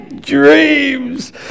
Dreams